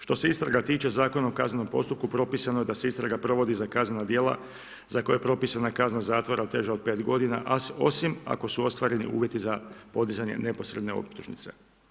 Što se istraga tiče, Zakon o kaznenom postupku, propisano je da se istraga provodi za kaznena dijela za koje je propisana kazna zatvora teža od 5 g. a osim ako su ostvareni uvjeti za podizanje neposredne optužnice.